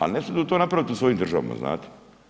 Al ne smiju to napraviti u svojim državama, znate.